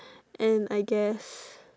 and I guess